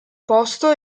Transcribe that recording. posto